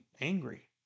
angry